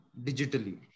digitally